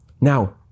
Now